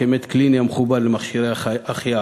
כמת קליני המחובר למכשירי החייאה.